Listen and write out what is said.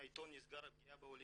שיש בסגירת העיתון פגיעה בעולים.